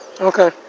Okay